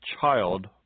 child